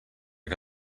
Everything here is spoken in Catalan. que